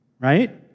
right